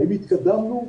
האם התקדמנו?